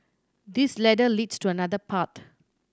this ladder leads to another path